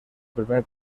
primer